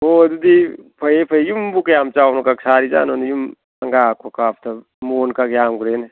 ꯍꯣ ꯑꯗꯨꯗꯤ ꯐꯩꯌꯦ ꯐꯩꯌꯦ ꯌꯨꯝꯕꯨ ꯀꯌꯥꯝ ꯆꯥꯎꯅꯒ ꯁꯥꯔꯤꯖꯥꯠꯅꯣꯅꯦ ꯌꯨꯝ ꯁꯪꯒꯥ ꯈꯣꯠꯀꯥꯕꯗ ꯃꯣꯟꯒ ꯌꯥꯝꯈ꯭ꯔꯦꯅꯦ